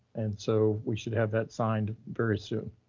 and so we should have that signed very soon.